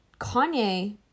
Kanye